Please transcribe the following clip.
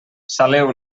saleu